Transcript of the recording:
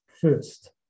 first